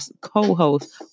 co-host